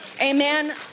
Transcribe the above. Amen